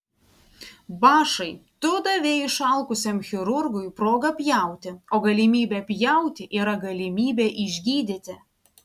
bašai tu davei išalkusiam chirurgui progą pjauti o galimybė pjauti yra galimybė išgydyti